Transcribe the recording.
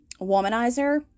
Womanizer